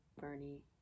Bernie